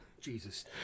Jesus